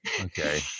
Okay